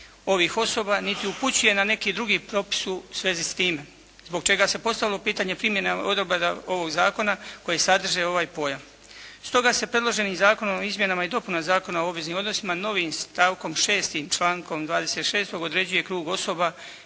ovih osoba, niti upućuje na neki drugi propis u svezi s time zbog čega se postavilo pitanje primjene odredaba ovog zakona koji sadrži ovaj pojam. Stoga se predloženim Zakonom o izmjenama i dopunama Zakona o obveznim odnosima novim stavkom 6. člankom 26. određuje krug osoba